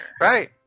Right